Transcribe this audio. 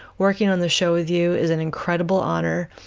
working on this show with you is an incredible honor,